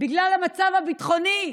בגלל המצב הביטחוני,